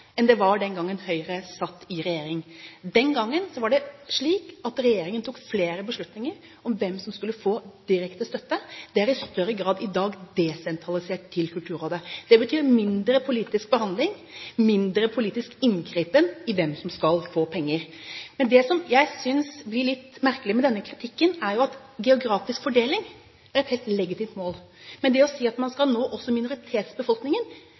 enn det var den gangen Høyre satt i regjering. Den gangen var det slik at regjeringen tok flere beslutninger om hvem som skulle få direkte støtte. Det er i større grad i dag desentralisert til Kulturrådet. Det betyr mindre politisk behandling, mindre politisk inngripen i hvem som skal få penger. Det jeg synes blir litt merkelig med denne kritikken, er jo at geografisk fordeling er et helt legitimt mål. Men det å si at man skal nå også minoritetsbefolkningen,